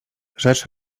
rzecz